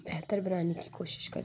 بہتر بنانے کی کوشش کریں